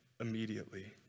immediately